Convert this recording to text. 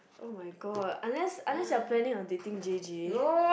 oh my god unless you planning planning to dating j_j